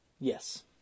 Yes